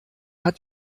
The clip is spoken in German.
hat